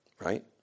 Right